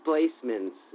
displacements